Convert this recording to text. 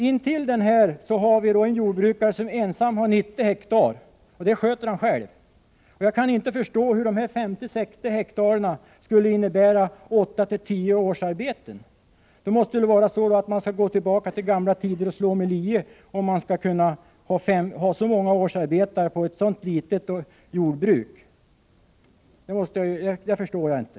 Vi har en jordbrukare som ensam har 90 hektar åkermark som han sköter själv. Jag kan inte förstå hur dessa 50 å 60 hektar skulle innebära 8-10 årsarbeten. Då måste man gå långt tillbaka till gamla tider och slå med lie om man skulle behöva så många årsarbeten på ett så litet jordbruk. Det förstår jag inte.